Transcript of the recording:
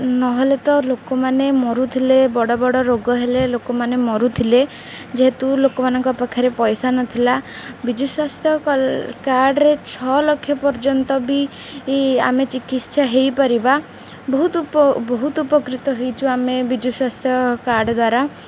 ନହେଲେ ତ ଲୋକମାନେ ମରୁଥିଲେ ବଡ଼ ବଡ଼ ରୋଗ ହେଲେ ଲୋକମାନେ ମରୁଥିଲେ ଯେହେତୁ ଲୋକମାନଙ୍କ ପାଖରେ ପଇସା ନଥିଲା ବିଜୁ ସ୍ୱାସ୍ଥ୍ୟ କାର୍ଡ଼ରେ ଛଅ ଲକ୍ଷ ପର୍ଯ୍ୟନ୍ତ ବି ଆମେ ଚିକିତ୍ସା ହେଇପାରିବା ବହୁତ ଉପକୃତ ହେଇଛୁ ଆମେ ବିଜୁ ସ୍ୱାସ୍ଥ୍ୟ କାର୍ଡ଼ ଦ୍ୱାରା